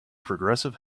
progressive